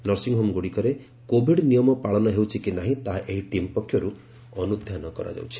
ନର୍ସିଂହୋମ୍ଗୁଡ଼ିକରେ covid ନିୟମ ପାଳନ ହେଉଛି କି ନାହିଁ ତାହା ଏହି ଟିମ୍ ପକ୍ଷରୁ ଅନୁଧାନ କରାଯାଉଛି